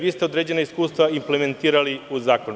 Vi ste određena iskustva implementirali u zakon.